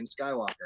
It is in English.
Skywalker